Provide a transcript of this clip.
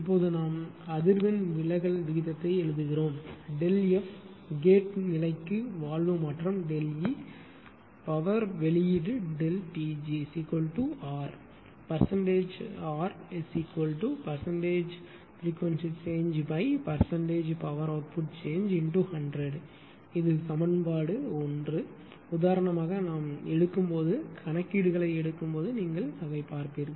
இப்போது நாம் அதிர்வெண் விலகல் விகிதத்தை எழுதுகிறோம் ΔF கேட் நிலைக்கு வால்வு மாற்றம் E பவர் வெளியீடு Pg R Percent R percent frequency changepercent power output change ×100 இது சமன்பாடு 1 உதாரணமாக நாம் எடுக்கும் போது கணக்கீடுகளை எடுக்கும் போது நீங்கள் பார்ப்பீர்கள்